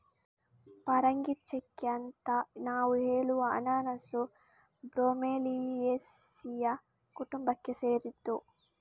ಪರಂಗಿಚೆಕ್ಕೆ ಅಂತ ನಾವು ಹೇಳುವ ಅನನಾಸು ಬ್ರೋಮೆಲಿಯೇಸಿಯ ಕುಟುಂಬಕ್ಕೆ ಸೇರಿದ್ದು